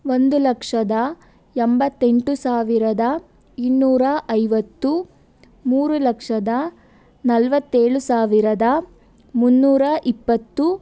ಒಂದು ಲಕ್ಷದ ಎಂಬತ್ತೆಂಟು ಸಾವಿರದ ಇನ್ನೂರ ಐವತ್ತು ಮೂರು ಲಕ್ಷದ ನಲವತ್ತೇಳು ಸಾವಿರದ ಮೂನ್ನೂರ ಇಪ್ಪತ್ತು